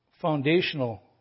foundational